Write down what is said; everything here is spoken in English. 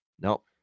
Nope